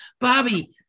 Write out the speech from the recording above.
Bobby